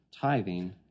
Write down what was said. tithing